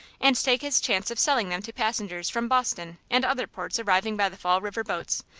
and take his chance of selling them to passengers from boston and others ports arriving by the fall river boats,